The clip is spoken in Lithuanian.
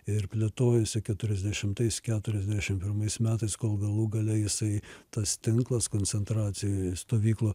ir plėtojosi keturiasdešimtais keturiasdešimt pirmais metais kol galų gale jisai tas tinklas koncentracijos stovyklų